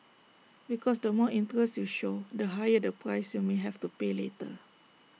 because the more interest you show the higher the price you may have to pay later